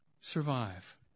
survive